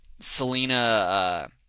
Selena